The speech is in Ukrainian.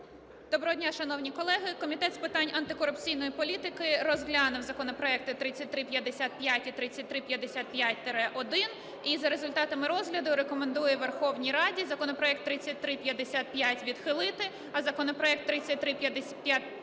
Доброго дня, шановні колеги. Комітет з питань антикорупційної політики розглянув законопроекти 3355 і 3355-1. І за результатами розгляду рекомендує Верховній Раді законопроект 3355 відхилити, а законопроект 3355-1